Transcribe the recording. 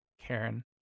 karen